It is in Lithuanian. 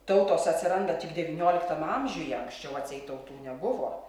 tautos atsiranda tik devynioliktam amžiuje anksčiau atseit tautų nebuvo